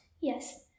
Yes